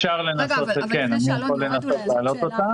כן, אני יכול לנסות להעלות אותה.